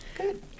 good